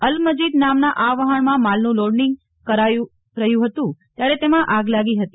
Al Majid નામના આ વહાણમાં માલનું લોડિંગ કરાઈ રહ્યું હતું ત્યારે તેમાં આગ લાગી હતી